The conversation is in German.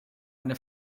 eine